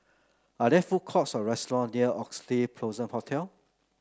are there food courts or restaurant near Oxley Blossom Hotel